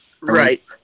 Right